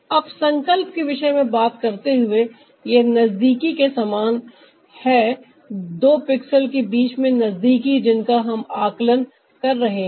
अब संकल्प के विषय में बात करते हुए यह नजदीकी के समान है दो पिक्सल्स के बीच में नजदीकी जिनका हम आकलन कर रहे हैं